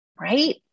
right